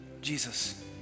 Jesus